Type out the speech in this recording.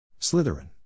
Slytherin